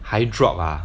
还 drop ah